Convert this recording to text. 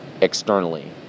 externally